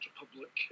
Republic